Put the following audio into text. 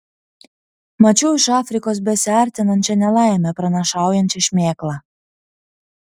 mačiau iš afrikos besiartinančią nelaimę pranašaujančią šmėklą